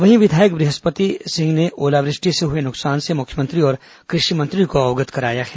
वहीं विधायक बृहस्पति सिंह ने ओलावृष्टि से हुए नुकसान से मुख्यमंत्री और कृषि मंत्री को अवगत कराया है